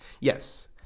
Yes